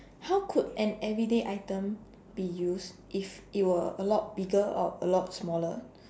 how could an everyday item be used if it were a lot bigger or a lot smaller